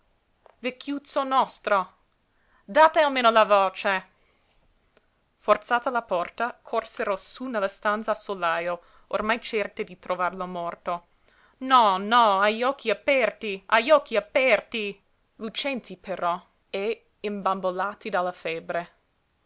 marà vecchiuzzo nostro date almeno la voce forzata la porta corsero sú nella stanza a solajo ormai certe di trovarlo morto no no ha gli occhi aperti ha gli occhi aperti lucenti però e imbambolati dalla febbre